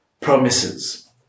promises